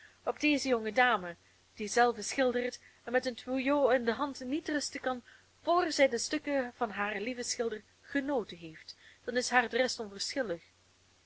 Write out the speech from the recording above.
op deze jonge dame die zelve schildert en met een tuyau in de hand niet rusten kan vr zij de stukken van haren lievelingsschilder genoten heeft dan is haar de